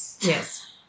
yes